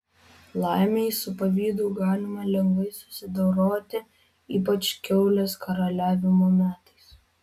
laimei su pavydu galima lengvai susidoroti ypač kiaulės karaliavimo metais